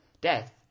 death